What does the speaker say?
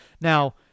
Now